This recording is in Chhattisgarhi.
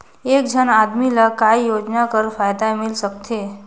एक झन आदमी ला काय योजना कर फायदा मिल सकथे?